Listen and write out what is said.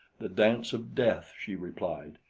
the dance of death, she replied,